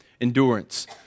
Endurance